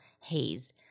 haze